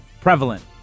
Prevalent